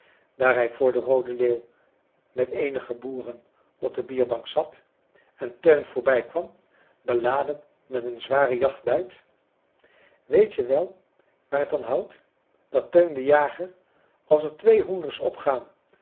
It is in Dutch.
hij voor de roode leeuw met eenige boeren op de bierbank zat en teun voorbijkwam beladen met een zwaren jachtbuit weet je wel waar t an houdt dat teun de jager als er twee hoenders opgaan